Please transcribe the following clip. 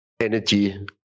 energy